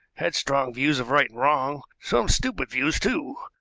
had strong views of right and wrong some stupid views, too.